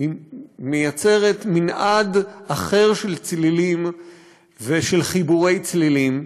היא מייצרת מנעד אחר של צלילים ושל חיבורי צלילים,